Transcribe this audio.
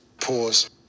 Pause